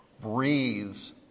Breathes